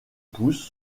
pousses